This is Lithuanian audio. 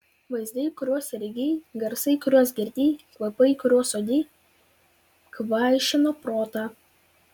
vaizdai kuriuos regėjai garsai kuriuos girdėjai kvapai kuriuos uodei kvaišino protą